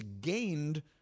gained